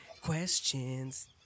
Questions